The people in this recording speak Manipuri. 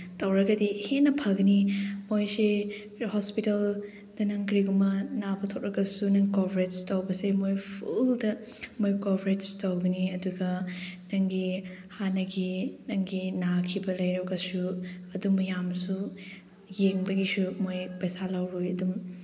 ꯇꯧꯔꯒꯗꯤ ꯍꯦꯟꯅ ꯐꯒꯅꯤ ꯃꯣꯏꯁꯦ ꯍꯣꯁꯄꯤꯇꯥꯜꯗ ꯅꯪ ꯀꯔꯤꯒꯨꯝꯕ ꯅꯥꯕ ꯊꯣꯛꯂꯒꯁꯨ ꯅꯪ ꯀꯣꯚꯔꯦꯖ ꯇꯧꯕꯁꯦ ꯃꯣꯏ ꯐꯨꯜꯗ ꯃꯣꯏ ꯀꯣꯚꯔꯦꯖ ꯇꯧꯕꯅꯤ ꯑꯗꯨꯒ ꯅꯪꯒꯤ ꯍꯥꯟꯅꯒꯤ ꯅꯪꯒꯤ ꯅꯥꯈꯤꯕ ꯂꯩꯔꯒꯁꯨ ꯑꯗꯨ ꯃꯌꯥꯝꯁꯨ ꯌꯦꯡꯕꯒꯤꯁꯨ ꯃꯣꯏ ꯄꯩꯁꯥ ꯂꯧꯔꯣꯏ ꯑꯗꯨꯝ